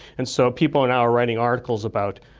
and so people are now writing articles about.